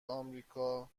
آمریکا